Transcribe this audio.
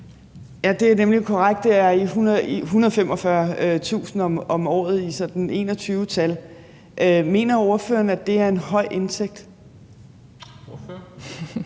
Det er nemlig korrekt: Det er 145.000 kr. om året i sådan 2021-tal. Mener ordføreren, at det er en høj indtægt? Kl.